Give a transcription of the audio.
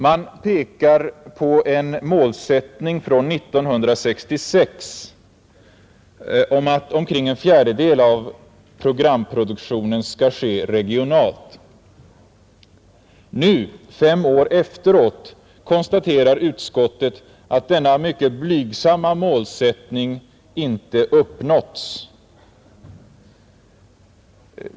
Man pekar på en målsättning från 1966 om att omkring en fjärdedel av programproduktionen skall ske regionalt. Nu fem år efteråt konstaterar utskottet att denna mycket blygsamma målsättning inte uppnåtts.